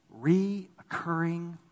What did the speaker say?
reoccurring